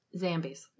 Zambies